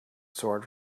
sword